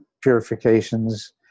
purifications